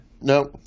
No